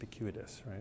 right